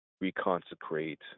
reconsecrate